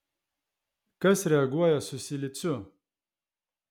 kas reaguoja su siliciu